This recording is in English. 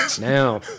Now